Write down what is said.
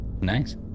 Nice